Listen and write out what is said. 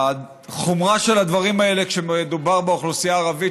והחומרה של הדברים האלה כשמדובר באוכלוסייה הערבית,